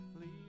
leave